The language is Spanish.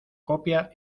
copia